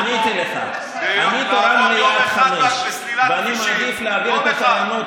עניתי לך: אני מעדיף להעביר את התורנות